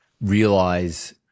realize